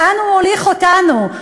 לאן הוא מוליך אותנו?